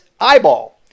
eyeball